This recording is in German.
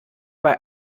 bei